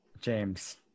James